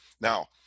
Now